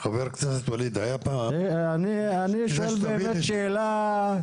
אני שואל באמת שאלה.